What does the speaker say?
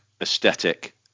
aesthetic